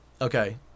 okay